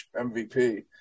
MVP